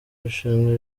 rushanwa